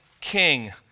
king